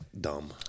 dumb